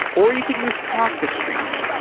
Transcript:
or you could use kafka streams.